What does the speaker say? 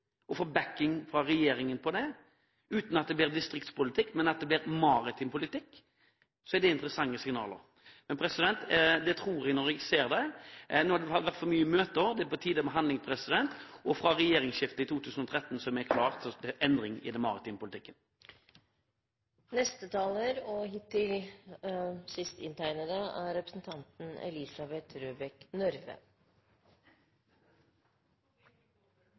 og at man kan få backing fra regjeringen på det, uten at det blir distriktspolitikk, men at det blir maritim politikk, så er det interessante signaler. Men det tror jeg når jeg ser det. Det har vært for mye møter. Nå er det på tide med handling. Fra regjeringsskiftet i 2013 er vi klare for endring i den maritime politikken.